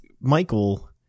Michael